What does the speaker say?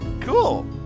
Cool